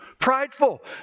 prideful